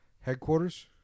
headquarters